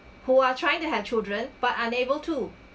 who are trying to have children but unable to